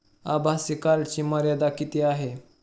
आभासी कार्डची मर्यादा किती आहे?